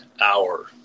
hour